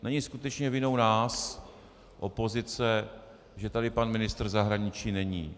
Není skutečně vinou nás, opozice, že tady pan ministr zahraničí není.